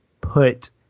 put